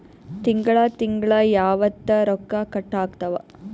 ತಿಂಗಳ ತಿಂಗ್ಳ ಯಾವತ್ತ ರೊಕ್ಕ ಕಟ್ ಆಗ್ತಾವ?